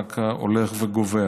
רק הולכת וגוברת.